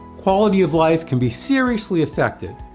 quality of life can be seriously affected,